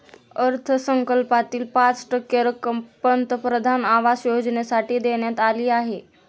अर्थसंकल्पातील पाच टक्के रक्कम पंतप्रधान आवास योजनेसाठी देण्यात आली आहे